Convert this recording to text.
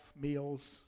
meals